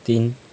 तिन